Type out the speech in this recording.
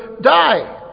die